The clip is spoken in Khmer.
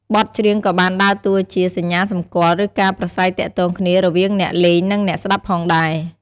បទច្រៀងក៏បានដើរតួជា សញ្ញាសម្គាល់ ឬការប្រាស្រ័យទាក់ទងគ្នា រវាងអ្នកលេងនិងអ្នកស្តាប់ផងដែរ។